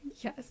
yes